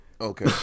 Okay